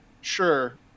sure